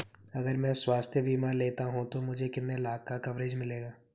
अगर मैं स्वास्थ्य बीमा लेता हूं तो मुझे कितने लाख का कवरेज मिलेगा?